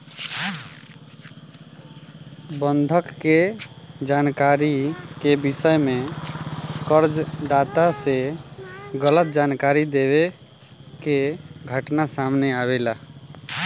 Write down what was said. बंधक के जानकारी के विषय में कर्ज दाता से गलत जानकारी देवे के घटना सामने आवेला